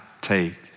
take